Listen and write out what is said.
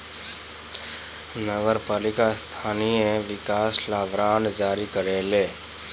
नगर पालिका स्थानीय विकास ला बांड जारी करेले